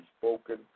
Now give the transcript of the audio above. spoken